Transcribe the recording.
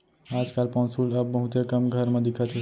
आज काल पौंसुल अब बहुते कम घर म दिखत हे